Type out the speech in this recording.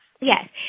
Yes